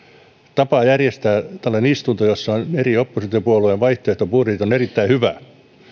tapa järjestää tällainen istunto jossa on eri oppositiopuolueiden vaihtoehtobudjetit on erittäin hyvä